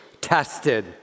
tested